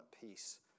piece